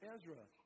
Ezra